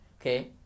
Okay